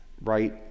right